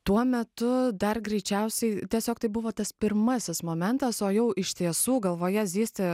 tuo metu dar greičiausiai tiesiog tai buvo tas pirmasis momentas o jau iš tiesų galvoje zyzti